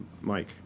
Mike